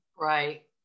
Right